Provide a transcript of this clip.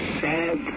sad